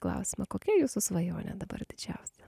klausimą kokia jūsų svajonė dabar didžiausia